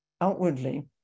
outwardly